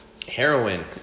Heroin